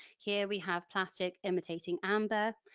here we have plastic imitating amber,